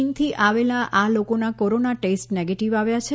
ચીનથી આવેલા આ લોકોના કોરોના ટેસ્ટ નેગેટીવ આવ્યા છે